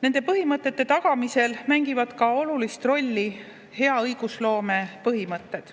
Nende põhimõtete tagamisel mängivad olulist rolli ka hea õigusloome põhimõtted.